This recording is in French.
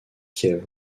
kiev